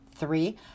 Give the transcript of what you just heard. Three